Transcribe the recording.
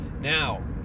Now